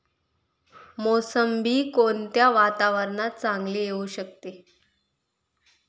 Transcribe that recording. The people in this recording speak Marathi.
मोसंबी कोणत्या वातावरणात चांगली येऊ शकते?